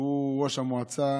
שהוא ראש המועצה